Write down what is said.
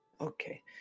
Okay